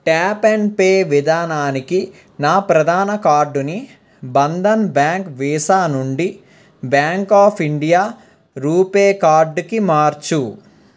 tap and pay విధానానికి నా ప్రధాన కార్డుని బంధన్ బ్యాంక్ వీసా నుండి బ్యాంక్ ఆఫ్ ఇండియా రూపే కార్డుకి మార్చు